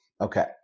Okay